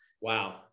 Wow